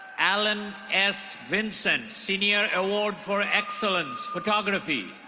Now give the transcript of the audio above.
alan s vincent, senior award for excellence photography.